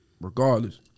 Regardless